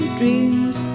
dreams